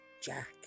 Jack